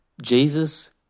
Jesus